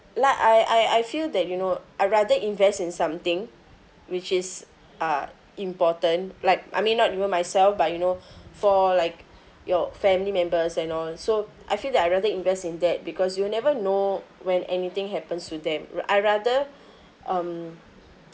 like I I I feel that you know I rather invest in something which is uh important like I mean not even myself but you know for like your family members and all so I feel that I rather invest in that because you never know when anything happens to them r~ I rather um